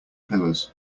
pillars